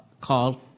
called